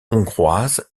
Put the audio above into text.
hongroise